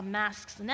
masks